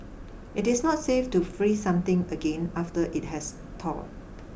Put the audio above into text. it is not safe to freeze something again after it has thawed